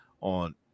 on